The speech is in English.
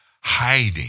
hiding